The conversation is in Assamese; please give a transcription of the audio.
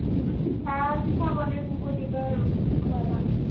এইবোৰ পিঠা চিঠা বনাই মোকো দিবা আৰু খোৱাবা